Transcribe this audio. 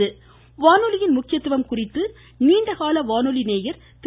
நேயர் வானொலியின் முக்கியத்துவம் குறித்து நீண்டகால வானொலி திரு